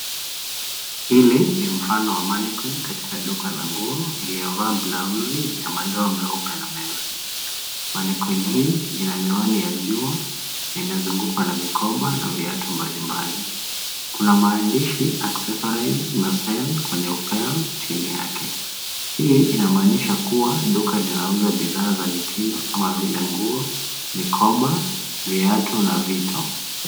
Hili ni mfano wa mannequin katika duka la nguo iliyo vaa blauzi ya madoa meupe na meusi, mannequin hii ina miwani ya jua na imezungukwa na mikoba na viatu mbalimbali. Kuna maandishi, accessories na sell kwenye upeo chini yake. Hii inamaanisha kuwa duka linauza bidhaa za mitindo kama vile nguo, mikoba, viatu na vito.